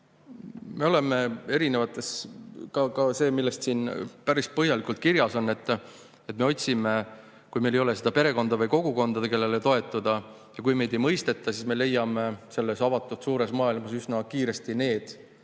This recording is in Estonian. Me oleme erinevates [keskkondades]. Siin on päris põhjalikult kirjas, et kui meil ei ole perekonda või kogukonda, kellele toetuda, ja kui meid ei mõisteta, siis me leiame selles avatud suures maailmas üsna kiiresti need,